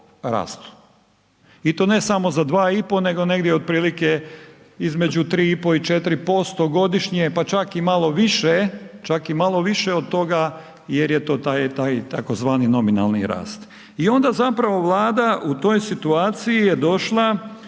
i to ne samo za 2,5 nego negdje otprilike između 3,5, 4% godine pa čak i malo više, čak i malo više od toga jer je to tzv. nominalni rast. I onda zapravo Vlada u toj situaciji je došla